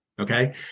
Okay